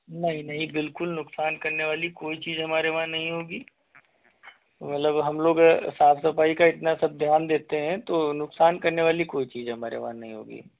नहीं नहीं बिल्कुल नुकसान करने वाली कोई चीज हमारे वहाँ नही होगी मतलब हम लोग साफ सफाई का इतना सब ध्यान देते हैं तो नुकसान करने वाली कोई चीज़ हमारे वहाँ नही होगी